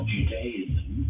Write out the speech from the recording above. Judaism